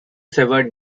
severed